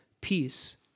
peace